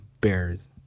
bears